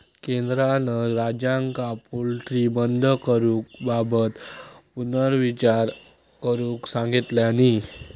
केंद्रान राज्यांका पोल्ट्री बंद करूबाबत पुनर्विचार करुक सांगितलानी